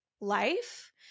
life